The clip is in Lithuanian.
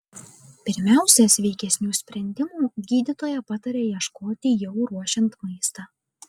pirmiausia sveikesnių sprendimų gydytoja pataria ieškoti jau ruošiant maistą